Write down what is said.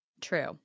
True